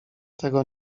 tego